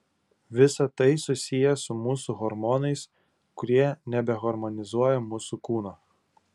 visa tai susiję su mūsų hormonais kurie nebeharmonizuoja mūsų kūno